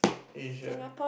Asia